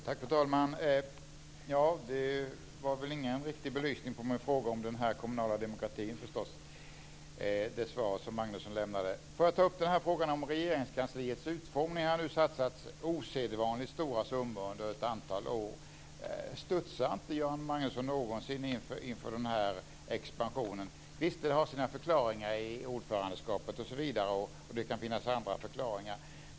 Fru talman! Det var ingen riktig belysning på min fråga om den kommunala demokratin. Jag vill ta upp frågan om Regeringskansliets utformning. Det har nu satsats osedvanligt stora summor under ett antal år. Studsar inte Göran Magnusson någonsin inför den här expansionen? Visst hade det sina förklaringar i ordförandeskapet osv., och det kan finnas andra förklaringar.